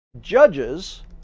judges